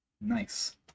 Nice